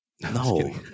No